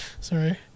Sorry